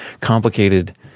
complicated